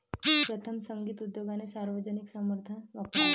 प्रथम, संगीत उद्योगाने सार्वजनिक समर्थन वापरले